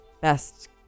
best